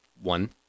one